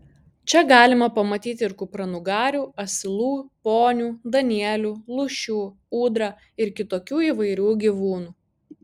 čia galima pamatyti ir kupranugarių asilų ponių danielių lūšių ūdrą ir kitokių įvairių gyvūnų